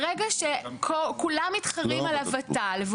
ברגע שכולם מתחרים על הות"ל,